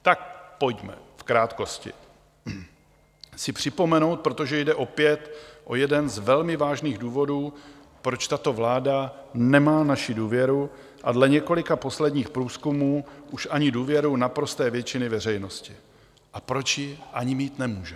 Tak pojďme v krátkosti si připomenout, protože jde opět o jeden z velmi vážných důvodů, proč tato vláda nemá naši důvěru a dle několika posledních průzkumů už ani důvěru naprosté většiny veřejnosti, a proč ji ani mít nemůže.